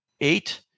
eight